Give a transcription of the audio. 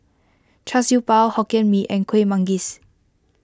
Char Siew Bao Hokkien Mee and Kueh Manggis